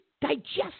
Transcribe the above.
Digest